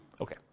Okay